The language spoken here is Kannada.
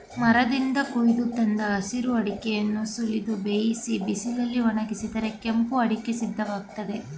ಮರದಿಂದ ಕೊಯ್ದು ತಂದ ಹಸಿರು ಅಡಿಕೆಯನ್ನು ಸುಲಿದು ಬೇಯಿಸಿ ಬಿಸಿಲಲ್ಲಿ ಒಣಗಿಸಿದರೆ ಕೆಂಪು ಅಡಿಕೆ ಸಿದ್ಧವಾಗ್ತದೆ